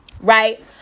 right